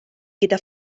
gyda